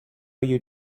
you